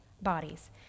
bodies